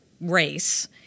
race